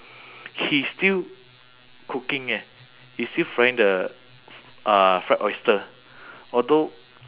he's still cooking eh he's still frying the uh fried oyster although